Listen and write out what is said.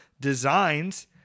designs